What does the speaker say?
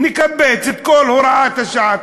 נקבץ את כל הוראת השעה,